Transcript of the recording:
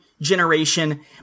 generation